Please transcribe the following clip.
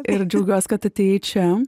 ir džiaugiuos kad atėjai čia